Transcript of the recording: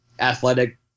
athletic